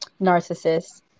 narcissist